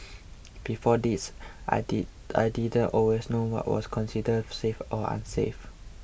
before this I did I didn't always know what was considered safe or unsafe